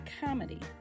comedy